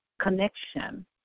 connection